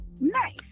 nice